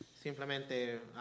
simplemente